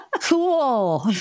cool